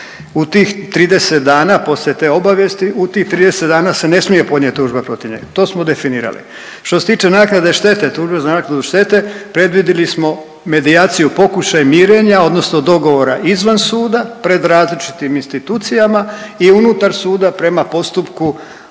U tih 30 dana poslije te obavijesti, u tih 30 dana se ne smije podnijeti tužba protiv njega. To smo definirali. Što se tiče naknade štete, tužba za naknadu štete predvidili smo medijaciju, pokušaj mirenja odnosno dogovora izvan suda pred različitim institucijama i unutar suda prema postupku,